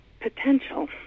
potential